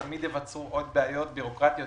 תמיד ייווצרו עוד בעיות בירוקרטיות,